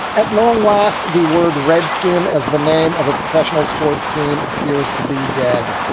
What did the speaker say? at long last, the word redskin as the name of a professional sports team appears to be dead.